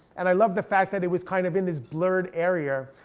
and i loved the fact that it was kind of in this blurred area,